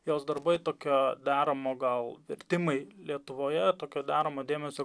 jos darbai tokio deramo gal vertimai lietuvoje tokio deramo dėmesio